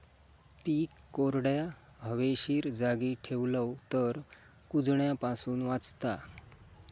पीक कोरड्या, हवेशीर जागी ठेवलव तर कुजण्यापासून वाचता